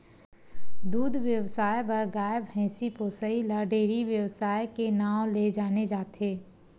दूद बेवसाय बर गाय, भइसी पोसइ ल डेयरी बेवसाय के नांव ले जाने जाथे